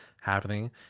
happening